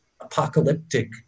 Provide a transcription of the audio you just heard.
Apocalyptic